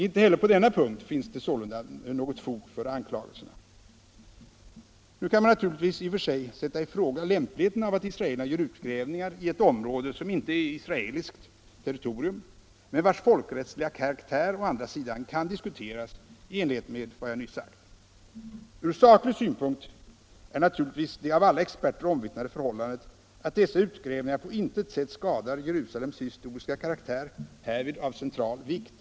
Inte heller på denna punkt finns det sålunda något fog för anklagelserna. Nu kan man naturligtvis i och för sig sätta i fråga lämpligheten av att israelerna gör utgrävningar i ett område som inte är israeliskt territorium, men vars folkrättsliga karaktär å andra sidan kan diskuteras i enlighet med vad jag nyss sagt. Från saklig synpunkt är naturligtvis det av alla experter omvittnade förhållandet, att dessa utgrävningar på intet sätt skadar Jerusalems historiska karaktär, härvid av central vikt.